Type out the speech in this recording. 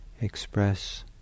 express